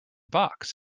box